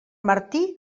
martí